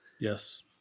Yes